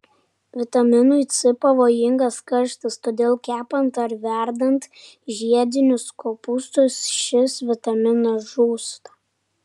vitaminui c pavojingas karštis todėl kepant ar verdant žiedinius kopūstus šis vitaminas žūsta